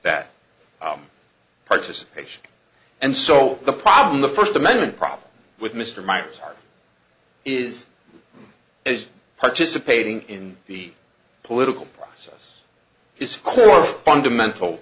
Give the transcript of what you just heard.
that participation and so the problem the first amendment problem with mr meyers is is participating in the political process his core fundamental